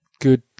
Good